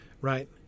right